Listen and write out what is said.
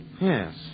Yes